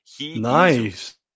Nice